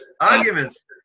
arguments